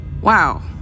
Wow